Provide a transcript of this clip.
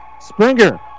Springer